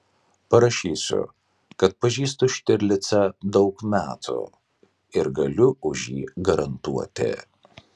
parašysiu kad pažįstu štirlicą daug metų ir galiu už jį garantuoti